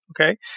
Okay